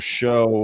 show